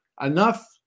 enough